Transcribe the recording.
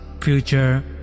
future